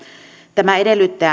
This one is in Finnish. tämä edellyttää